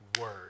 word